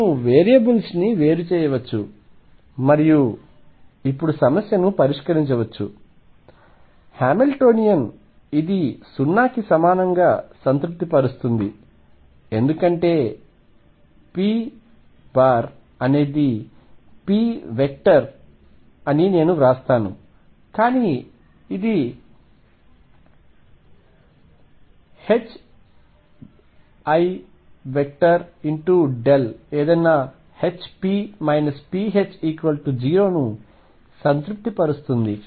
మనము వేరియబుల్స్ని వేరు చేయవచ్చు మరియు ఇప్పుడు సమస్యను పరిష్కరించవచ్చు హామిల్టోనియన్ ఇది 0 కి సమానంగా సంతృప్తిపరుస్తుంది ఎందుకంటే p ఇది ఒక వెక్టర్ అని నేను వ్రాస్తాను కానీ ఇది i ఏదైనా Hp pH0 ని సంతృప్తిపరుస్తుంది